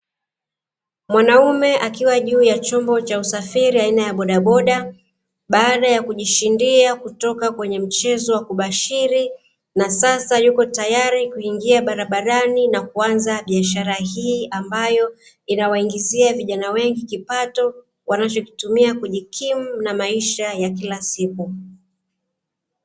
Mwanaume akiwa juu ya chombo cha usafiri aina ya bodaboda, baada ya kujishindia kutoka kwenye mchezo wa kubashiri na sasa yuko tayari kuingia barabarani na kuanza biashara hii ambayo inawaingizia vijana wengi kipato wanachotumia kujikimu na maisha ya kila siku.